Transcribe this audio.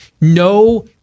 No